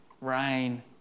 rain